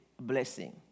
Blessing